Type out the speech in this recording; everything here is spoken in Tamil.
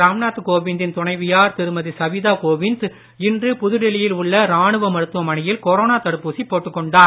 ராம்நாத் கோவிந்த்தின் துணைவியார் திருமதி சவீதா கோவிந்த் இன்று புதுடில்லியில் உள்ள ராணுவ மருத்துவமனையில் கொரோனா தடுப்பூசி போட்டுக் கொண்டார்